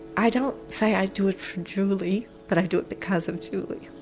i don't say i do it for julie, but i do it because of julie.